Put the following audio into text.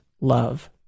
love